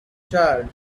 charred